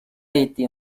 été